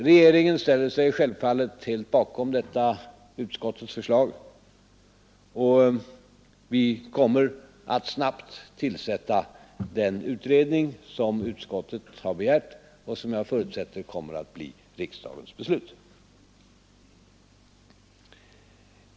Regeringen ställer sig självfallet helt bakom detta utskottets förslag, och vi kommer att snabbt tillsätta den utredning som utskottet har begärt och som jag förutsätter kommer att bli riksdagens beslut.